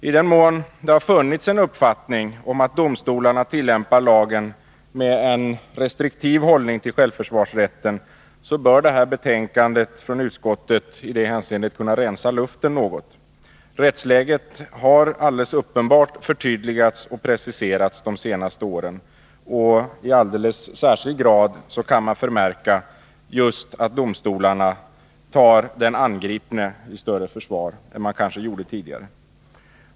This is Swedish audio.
I den mån det funnits en uppfattning om att domstolarna tillämpar lagen med en restriktiv hållning till självförsvarsrätten bör detta betänkande från utskottet i det hänseendet kunna rensa luften något. Rättsläget har alldeles uppenbart förtydligats och preciserats de senaste åren. Alldeles särskilt kan man förmärka att domstolarna kanske tar den angripne i större försvar än vad man gjorde tidigare.